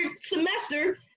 semester